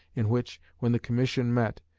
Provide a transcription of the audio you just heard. in which, when the commission met,